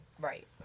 Right